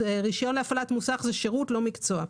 רישיון להפעלת מוסך זה שירות ולא מקצוע.